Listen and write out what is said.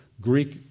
Greek